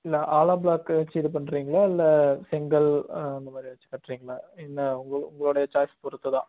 இல்லை hollow block வச்சு இது பண்ணுறீங்களா இல்லை செங்கல் அந்தமாதிரி வச்சு கட்டுறீங்களா இல்லை உங்கள் உங்களோடைய சாய்ஸ் பொருத்து தான்